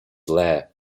lair